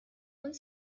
und